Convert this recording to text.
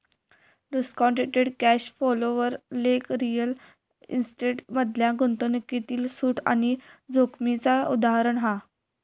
discounted cash flow वर लेख real estate मधल्या गुंतवणूकीतील सूट आणि जोखीमेचा उदाहरण हा